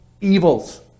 evils